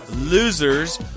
losers